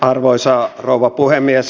arvoisa rouva puhemies